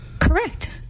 Correct